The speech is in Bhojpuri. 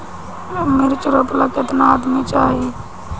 मिर्च रोपेला केतना आदमी चाही?